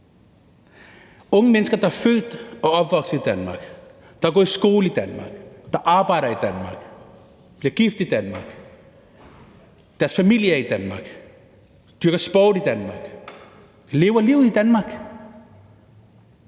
Unge mennesker, der er født og opvokset i Danmark, der har gået i skole i Danmark, der arbejder i Danmark, bliver gift i Danmark, hvis familie er i Danmark, der dyrker sport i Danmark, der lever livet i Danmark,